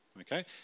okay